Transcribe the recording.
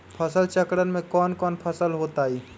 फसल चक्रण में कौन कौन फसल हो ताई?